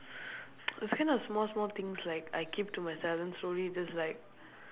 those kind of small small things like I keep to myself then slowly just like